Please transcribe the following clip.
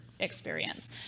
experience